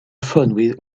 phone